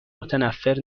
متنفر